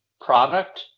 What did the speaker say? product